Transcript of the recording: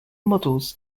models